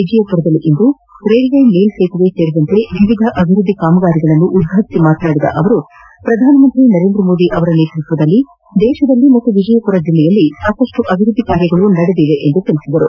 ವಿಜಯಪುರದಲ್ಲಿಂದು railway ಮೇಲ್ಸೇತುವೆ ಸೇರಿದಂತೆ ವಿವಿಧ ಅಭಿವೃದ್ದಿ ಕಾಮಗಾರಿಗಳನ್ನು ಉದ್ಘಾಟಿಸಿ ಮಾತನಾಡಿದ ಅವರು ಪ್ರಧಾನಮಂತ್ರಿ ನರೇಂದ್ರ ಮೋದಿ ಅವರ ನೇತೃತ್ವದಲ್ಲಿ ದೇಶದಲ್ಲಿ ಮತ್ತು ವಿಜಯಪುರ ಜಿಲ್ಲೆಯಲ್ಲಿ ಸಾಕಷ್ಟು ಅಭಿವೃದ್ದಿ ಕಾರ್ಯಗಳು ನಡೆದಿವೆ ಎಂದು ತಿಳಿಸಿದರು